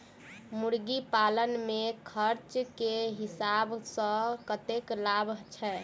मुर्गी पालन मे खर्च केँ हिसाब सऽ कतेक लाभ छैय?